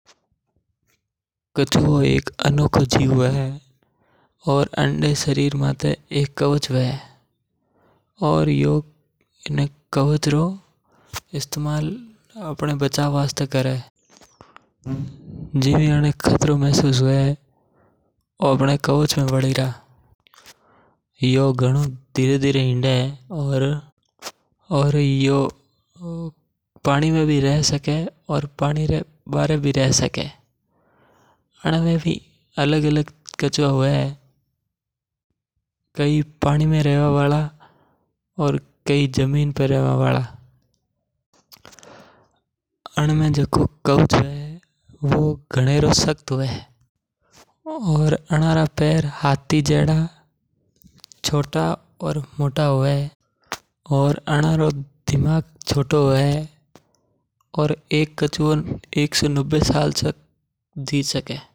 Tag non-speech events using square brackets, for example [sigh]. कच्छुओ एक अनोखो जीव हवे [noise] अनमे शरीर माथे एक कवच हवे। खत्रोन हवे जणा ए बनमे वद जावे कवच में और यो घनो धीरे धीरे हिंडे और यो पानी में भी रह सके। कई कच्छुआ पानी में रेव वाला हवे और कई जमिन पर रेव वाला हवे।